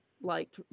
liked